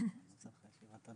רוצה להודות על כל